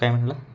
काय म्हणला